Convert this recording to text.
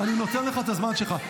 אני נותן לך את הזמן שלך.